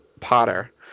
potter